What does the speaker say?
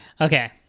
Okay